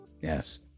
Yes